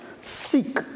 seek